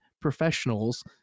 professionals